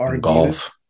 golf